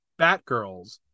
batgirls